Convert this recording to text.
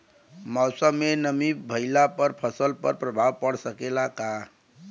मौसम में नमी भइला पर फसल पर प्रभाव पड़ सकेला का?